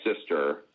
sister